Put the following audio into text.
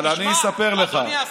אבל אני אספר לך.